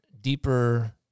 deeper